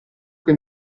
che